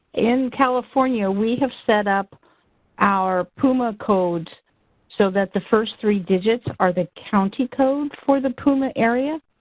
in california, we have set up our puma codes so that the first three digits are the county codes for the puma area.